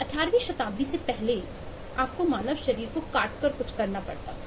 18 वीं शताब्दी से पहले आपको मानव शरीर को काट कर कुछ करना पड़ता था